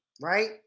right